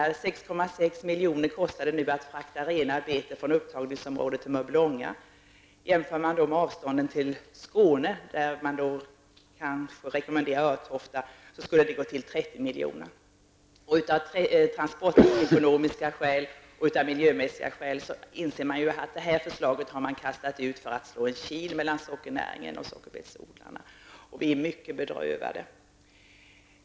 I dag kostar det 6,6 miljoner att frakta rena betor från upptagningsområdet till Mörbylånga. Räknar man med avstånden till Skåne, där man kan rekommendera Örtofta, skulle det bli 30 miljoner. Av transportekonomiska och miljömässiga skäl inser man att förslaget har kastats ut för att man skall slå en kil mellan sockernäringen och sockerbetsodlarna. Vi är mycket bedrövade.